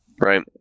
Right